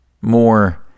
more